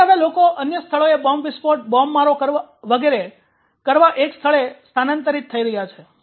તેથી હવે લોકો અન્ય સ્થળોએ બોમ્બ વિસ્ફોટ બોમ્બમારો વગેરે કરવા એક સ્થળે સ્થાનાંતરિત થઈ રહ્યા છે